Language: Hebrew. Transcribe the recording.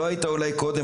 אולי לא היית קודם.